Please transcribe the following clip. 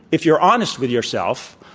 if you're honest with yourself,